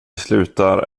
slutar